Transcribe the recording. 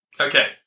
Okay